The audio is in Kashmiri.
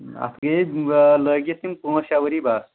اَتھ گٔیے لٲگِتھ یِم پٲنٛژھ شےٚ ؤری بَس